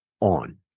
on